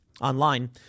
Online